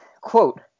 Quote